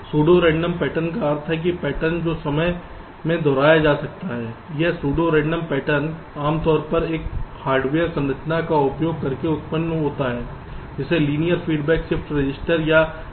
pseudo random pattern का अर्थ है पैटर्न जो समय में दोहराया जा सकता है और यह सूडो रेंडम पैटर्न आमतौर पर एक हार्डवेयर संरचना का उपयोग करके उत्पन्न होता है जिसे लीनियर फीडबैक शिफ्ट रजिस्टर या LFSR कहा जाता है